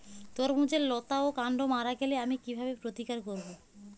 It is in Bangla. তরমুজের লতা বা কান্ড মারা গেলে আমি কীভাবে প্রতিকার করব?